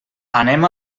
anem